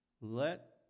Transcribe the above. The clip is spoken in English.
let